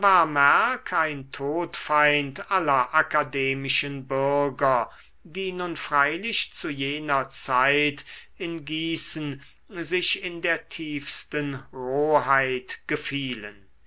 ein todfeind aller akademischen bürger die nun freilich zu jener zeit in gießen sich in der tiefsten roheit gefielen